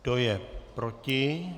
Kdo je proti?